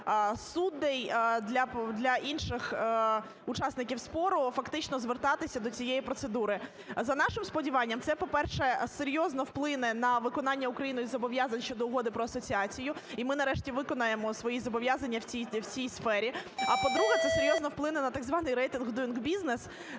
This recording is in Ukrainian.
суддів, для інших учасників спору фактично звертатися до цієї процедури. За нашим сподіванням, це, по-перше, серйозно вплине на виконання Україною зобов'язань щодо Угоди про асоціацію - і ми нарешті виконаємо свої зобов'язання в цій сфері. А, по-друге, це серйозно вплине на так званий рейтинг Doing